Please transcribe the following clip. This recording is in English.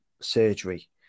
surgery